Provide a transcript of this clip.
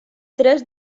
tres